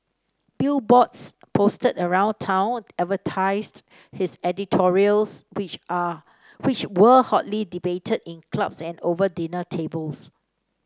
billboards posted around town advertised his editorials which are which were hotly debated in clubs and over dinner tables